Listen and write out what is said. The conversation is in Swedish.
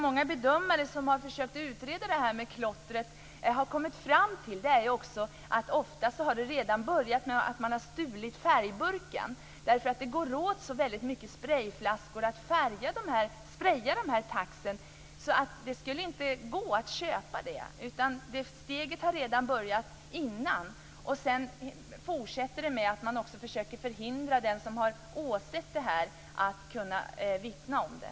Många bedömare som har försökt att utreda det här med klottret har kommit fram till att det ofta har börjat redan med att man har stulit färgburken. Det går ju åt så väldigt mycket sprejflaskor för att spreja dessa tags, så det skulle inte gå att köpa det. Steget har alltså tagits redan innan. Sedan fortsätter det med att man också försöker förhindra den som har åsett det här från att kunna vittna om det.